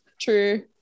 True